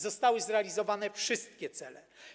Zostały zrealizowane wszystkie cele.